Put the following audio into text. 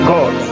God